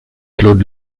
claude